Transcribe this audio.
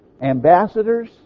Ambassadors